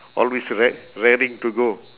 always ra~ raring to go